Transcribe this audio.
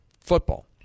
football